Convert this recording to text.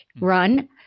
run